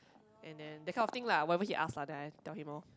and then that kind of thing lah whatever he ask lah then I tell him loh